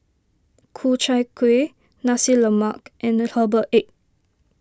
Ku Chai Kueh Nasi Lemak and Herbal Egg